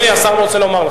הנה השר רוצה לומר לך.